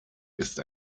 ist